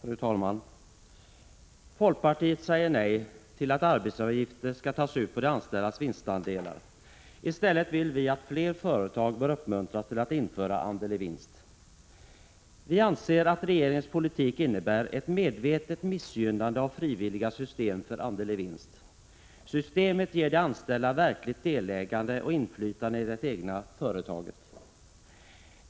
Fru talman! Folkpartiet säger nej till att arbetsgivaravgifter skall tas ut på de anställdas vinstandelar. I stället tycker vi att fler företag bör uppmuntras till att införa andel-i-vinst-system. Vi anser att regeringens politik innebär ett medvetet missgynnande av frivilliga system för andel-i-vinst. Systemet ger de anställda verkligt delägande och inflytande i det egna företaget.